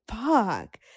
fuck